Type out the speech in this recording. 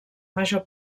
major